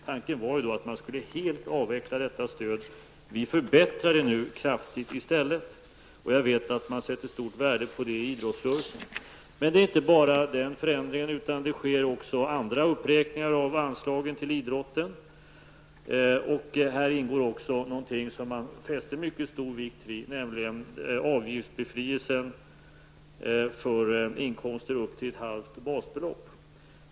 Tanken var ju då att man helt skulle avveckla detta stöd. Vi förbättrar det nu kraftigt i stället, och jag vet att man inom idrottsrörelsen sätter stort värde på det. Men det är inte bara den förändringen som är aktuell, utan det sker även andra uppräkningar av anslagen till idrotten. Här ingår också någonting som man fäster mycket stor vikt vid, nämligen avgiftsbefrielsen för inkomster upp till ett halvt basbelopp.